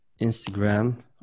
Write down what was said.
Instagram